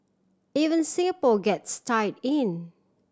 even Singapore gets tied in